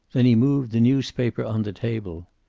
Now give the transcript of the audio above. then he moved the newspaper on the table.